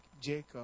Jacob